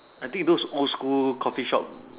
I think those old school coffee shop